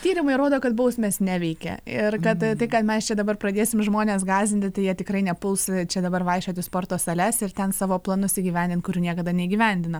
tyrimai rodo kad bausmės neveikia ir kad tai kad mes čia dabar pradėsim žmones gąsdinti tai jie tikrai nepuls čia dabar vaikščioti į sporto sales ir ten savo planus įgyvendint kurių niekada neįgyvendina